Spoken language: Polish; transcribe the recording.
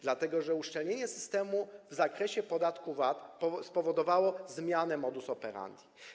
Dlatego że uszczelnienie systemu w zakresie podatku VAT spowodowało zmianę modus operandi.